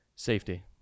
Safety